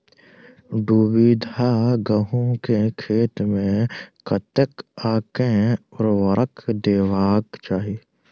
दु बीघा गहूम केँ खेत मे कतेक आ केँ उर्वरक देबाक चाहि?